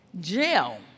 jail